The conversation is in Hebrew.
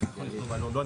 לא,